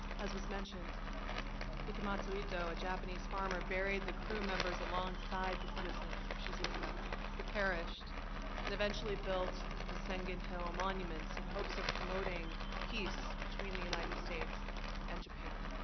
as was mentioned bakumatsu ito a japanese farmer buried the crew members alongside the citizens of shizuka who perished and eventually built the segun hill monuments in hopes of promoting peace between the united states and japan